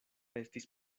estis